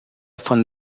von